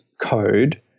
code